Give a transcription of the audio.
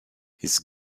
his